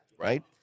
right